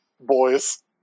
boys